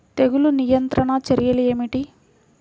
తెగులు నియంత్రణ చర్యలు ఏమిటి?